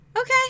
Okay